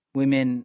women